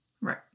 Right